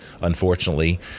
unfortunately